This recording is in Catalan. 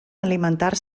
alimentar